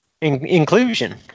inclusion